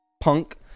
punk